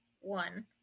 one